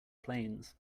planes